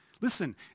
Listen